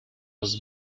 was